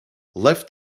left